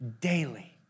daily